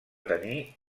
tenir